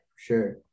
sure